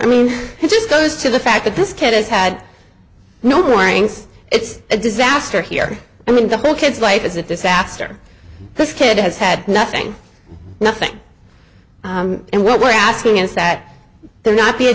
i mean it just goes to the fact that this kid has had no warnings it's a disaster here i mean the whole kid's life is a disaster this kid has had nothing nothing and what we're asking is that there not be a